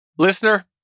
Listener